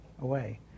away